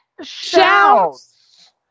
Shouts